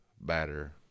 better